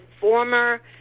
former